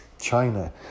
China